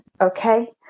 okay